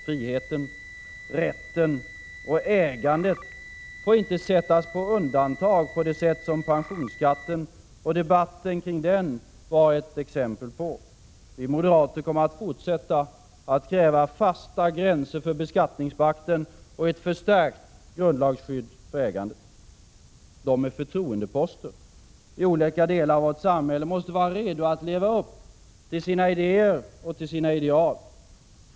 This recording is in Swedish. Friheten, rätten och ägandet får inte sättas på undantag på det sätt som pensionsskatten och debatten kring den var ett exempel på. Vi moderater kommer att fortsätta att kräva fasta gränser för beskattningsmakten och ett förstärkt grundlagsskydd för ägandet. De med förtroendeposter i olika delar av vårt samhälle måste vara redo att leva upp till sina idéer och ideal.